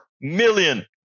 million